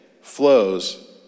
flows